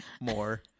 More